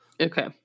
Okay